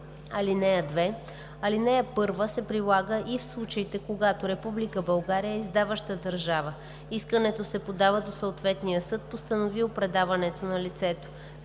закон. (2) Алинея 1 се прилага и в случаите, когато Република България е издаваща държава. Искането се подава до съответния съд, постановил предаването на лицето.